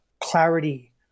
clarity